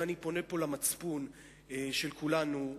ואני פונה פה למצפון של כולנו,